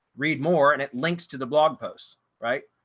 read more and it links to the blog post right.